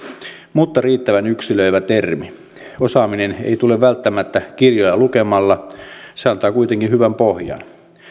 mutta riittävän yksilöivä termi osaaminen ei tule välttämättä kirjoja lukemalla se antaa kuitenkin hyvän pohjan